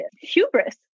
hubris